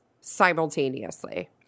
simultaneously